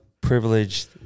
privileged